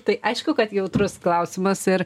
tai aišku kad jautrus klausimas ir